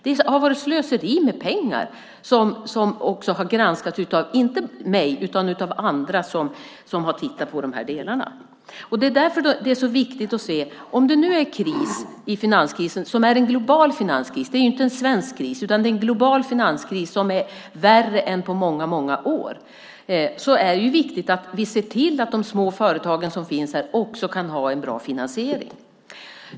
Det har varit slöseri med pengar, säger de som har granskat - och det är inte jag personligen som har gjort det. Om det nu är en global finanskris - det är ju inte en svensk kris utan en global kris - som är värre än på många, många år är det viktigt att vi ser till att de små företag som finns här också kan ha en bra finansiering.